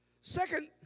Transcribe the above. Second